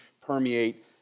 permeate